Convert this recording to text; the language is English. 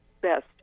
best